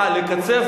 אה, לקצר.